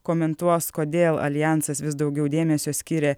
komentuos kodėl aljansas vis daugiau dėmesio skiria